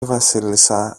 βασίλισσα